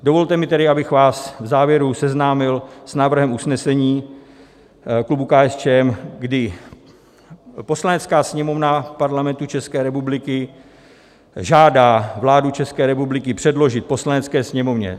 Dovolte mi tedy, abych vás v závěru seznámil s návrhem usnesení klubu KSČM, kdy: Poslanecká sněmovna Parlamentu České republiky žádá vládu České republiky předložit Poslanecké sněmovně